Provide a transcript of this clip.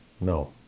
No